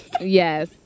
Yes